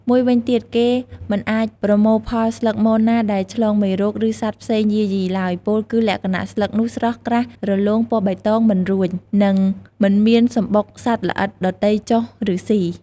មួយវិញទៀតគេមិនអាចប្រមូលផលស្លឹកមនណាដែលឆ្លងមេរោគ ឬសត្វផ្សេងយីយាឡើយ ពោលគឺលក្ខណៈស្លឹកនោះស្រស់ ក្រាស រលោង ពណ៌បៃតង មិនរួញ និងមិនមានសំបុកសត្វល្អិតដទៃចុះ ឬស៊ី។